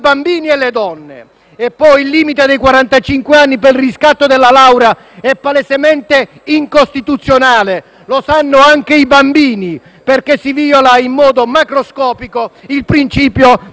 dei quarantacinque anni per il riscatto della laurea è poi palesemente incostituzionale e lo sanno anche i bambini, perché si viola in modo macroscopico il principio dell'uguaglianza.